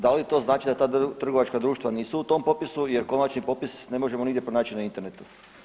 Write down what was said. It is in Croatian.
Da li to znači da ta trgovačka društva nisu u tom popisu, jel konačni popis ne možemo nigdje pronaći na internetu?